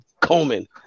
Coleman